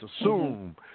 assume